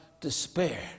despair